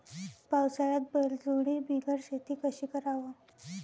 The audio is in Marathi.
पावसाळ्यात बैलजोडी बिगर शेती कशी कराव?